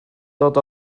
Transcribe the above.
dod